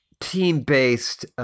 team-based